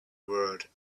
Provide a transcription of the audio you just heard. word